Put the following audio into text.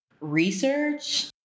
research